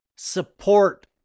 support